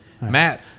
Matt